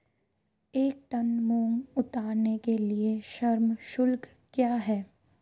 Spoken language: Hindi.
एक टन मूंग उतारने के लिए श्रम शुल्क क्या है?